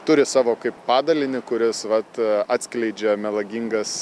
turi savo kaip padalinį kuris vat atskleidžia melagingas